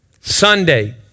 Sunday